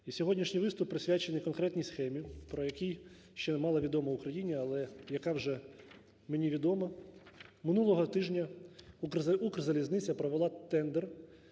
сьогоднішній виступ присвячений конкретній схемі, про який ще мало відомо Україні, але яка вже, мені відома. Минулого тижня "Укрзалізниця" провела тендер